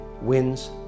wins